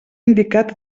indicat